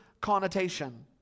connotation